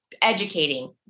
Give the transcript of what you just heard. educating